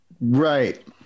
Right